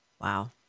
Wow